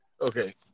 Okay